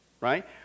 right